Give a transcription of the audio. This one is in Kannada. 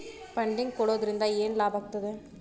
ಫಂಡಿಂಗ್ ಕೊಡೊದ್ರಿಂದಾ ಏನ್ ಲಾಭಾಗ್ತದ?